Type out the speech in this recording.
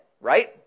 right